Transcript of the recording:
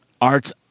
art's